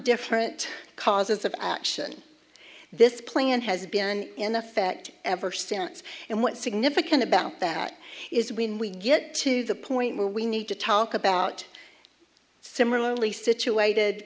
different causes of action this plan has been in effect ever since and what's significant about that is when we get to the point where we need to talk about similarly situated